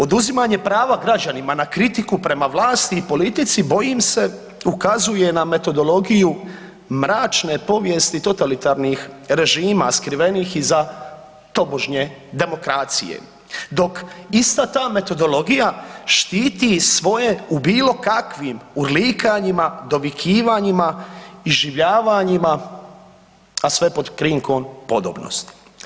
Oduzimanje prava građanima na kritiku prema vlasti i politici, bojim se ukazuje na metodologiju mračne povijesti totalitarnih režima skrivenih iza tobožnje demokracije, dok ista ta metodologija štiti svoje u bilo kakvim urlikanjima, dovikivanjima, iživljavanjima, a sve pod krinkom podobnosti.